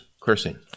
cursing